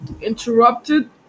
interrupted